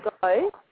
go